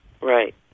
right